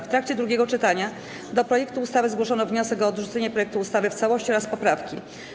W trakcie drugiego czytania do projektu ustawy zgłoszono wniosek o odrzucenie projektu ustawy w całości oraz poprawki.